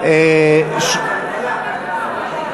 ועדת הכספים.